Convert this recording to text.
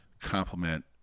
complement